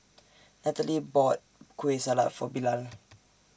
Natalie bought Kueh Salat For Bilal